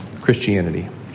Christianity